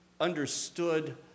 understood